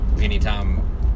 anytime